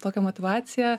tokią motyvaciją